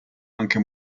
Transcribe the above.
anche